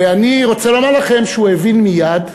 ואני רוצה לומר לכם שהוא הבין מייד,